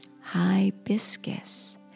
hibiscus